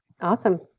Awesome